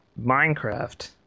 Minecraft